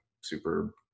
super